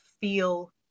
feel